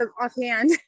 offhand